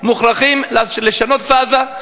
מוכרחים לשנות פאזה,